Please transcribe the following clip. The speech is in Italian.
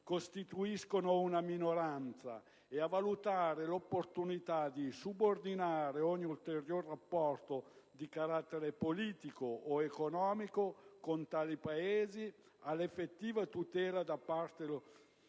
costituiscono una minoranza, e a valutare l'opportunità di subordinare ogni ulteriore rapporto di carattere politico o economico con tali Paesi all'effettiva tutela, da parte loro, delle